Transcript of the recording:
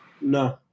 No